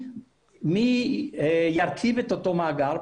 למשל, הוצאות נסיעה או דברים כאלה.